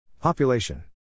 Population